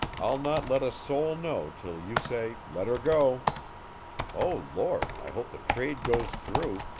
i'll not let a soul know till you say let er go o lord! i hope the trade goes through.